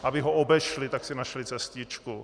Aby ho obešli, tak si našli cestičku.